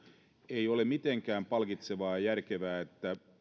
ei ole mitenkään palkitsevaa ja järkevää että